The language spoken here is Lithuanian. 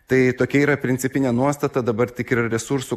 tai tokia yra principinė nuostata dabar tik yra resursų